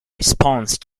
response